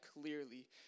clearly